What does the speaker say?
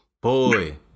boy